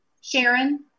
Sharon